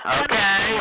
okay